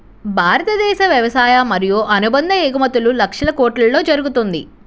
భారతదేశ వ్యవసాయ మరియు అనుబంధ ఎగుమతులు లక్షల కొట్లలో జరుగుతుంది